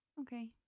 Okay